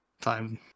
time